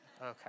Okay